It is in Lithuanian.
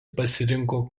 pasirinko